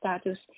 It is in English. status